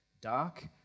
dark